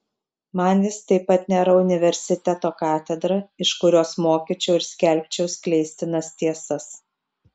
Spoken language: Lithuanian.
man jis taip pat nėra universiteto katedra iš kurios mokyčiau ir skelbčiau skleistinas tiesas